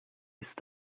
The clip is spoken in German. ist